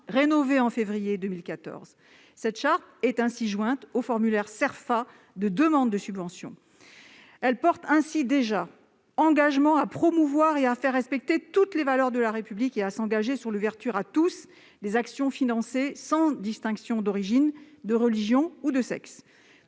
rénovée en février 2014. Elle est ainsi jointe au formulaire Cerfa de demande de subvention. Cette charte porte déjà l'engagement de promouvoir et de faire respecter toutes les valeurs de la République, ainsi que d'ouvrir à tous les actions financées sans distinction d'origine, de religion ou de sexe.